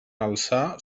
alçar